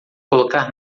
colocar